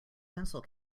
pencil